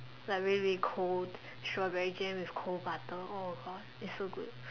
like really really cold strawberry jam with cold butter oh God it's so good